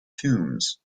tombs